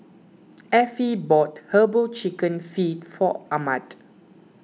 Affie bought Herbal Chicken Feet for Ahmed